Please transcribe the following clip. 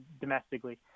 domestically